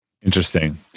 Interesting